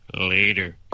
Later